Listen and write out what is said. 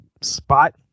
spot